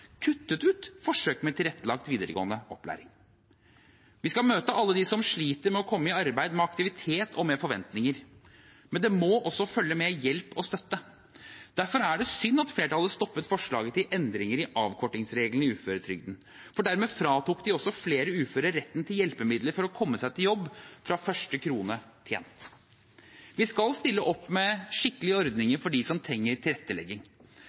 kuttet ut forsøket med tilrettelagt videregående opplæring. Vi skal møte alle dem som sliter med å komme i arbeid, med aktivitet og med forventinger, men det må også følge med hjelp og støtte. Derfor er det synd at flertallet stoppet forslaget til endringer i avkortingsreglene i uføretrygden, for dermed fratok de også flere uføre retten til hjelpemidler for å komme seg i jobb fra første krone tjent. Vi skal stille opp med skikkelige ordninger for dem som trenger tilrettelegging.